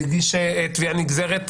להגיש תביעה נגזרת,